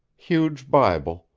huge bible,